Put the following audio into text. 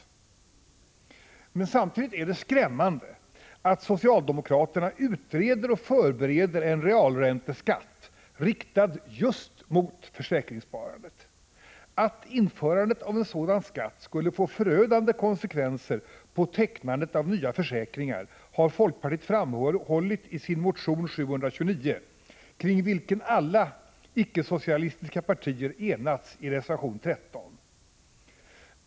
Men samtidigt är det skrämmande att socialdemokraterna utreder och förbereder en realränteskatt, riktad just mot försäkringssparandet. Att införandet av en sådan skatt skulle få förödande konsekvenser på tecknandet av nya försäkringar har folkpartiet framhållit i sin motion 729, kring vilken alla icke-socialistiska partier enats i reservation 13.